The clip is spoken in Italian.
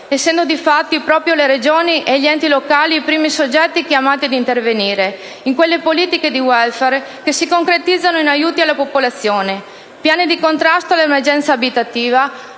essendo difatti proprio le Regioni e gli enti locali i primi soggetti chiamati ad intervenire in quelle politiche di *welfare* che si concretizzano in aiuti alla popolazione, piani di contrasto all'emergenza abitativa,